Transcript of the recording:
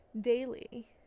daily